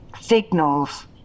signals